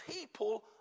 people